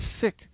sick